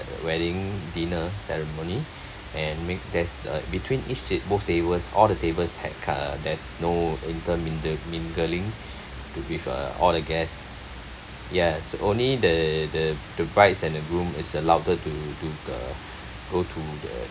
wedding dinner ceremony and make guest uh between each ta~ both tables all the tables had a there's no intermingl~ mingling with uh all the guests yes only the the the brides and the groom is allowed to to uh go to the